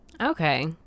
okay